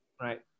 right